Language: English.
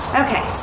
okay